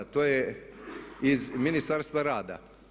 To je iz Ministarstva rada.